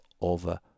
over